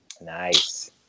Nice